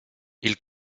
ils